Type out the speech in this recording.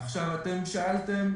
אתם שאלתם